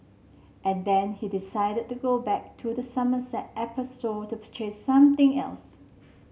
and then he decided to go back to the Somerset Apple Store to purchase something else